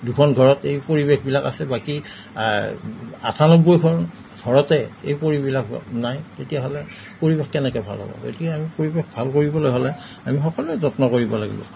দুখন ঘৰত এই পৰিৱেশবিলাক আছে বাকী আঠান্নব্বৈখন ঘৰতে এই পৰিবিলাকত নাই তেতিয়াহ'লে পৰিৱেশ কেনেকৈ ভাল হ'ব গতিকে আমি পৰিৱেশ ভাল কৰিবলৈ হ'লে আমি সকলোৱে যত্ন কৰিব লাগিব